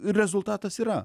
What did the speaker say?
rezultatas yra